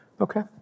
Okay